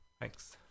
Thanks